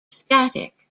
static